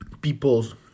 people's